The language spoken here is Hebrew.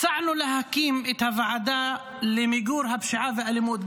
הצענו להקים את הוועדה למיגור הפשיעה והאלימות,